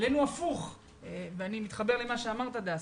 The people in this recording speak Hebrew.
אני מתחבר למה שאמרת, הדס.